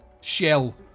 shell